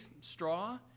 straw